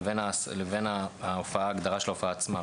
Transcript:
לבין ההגדרה של ההופעה עצמה.